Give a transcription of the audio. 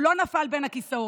הוא לא נפל בין הכיסאות.